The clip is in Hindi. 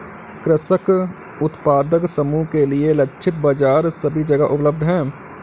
कृषक उत्पादक समूह के लिए लक्षित बाजार सभी जगह उपलब्ध है